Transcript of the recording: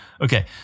Okay